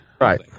right